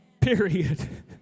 Period